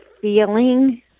feeling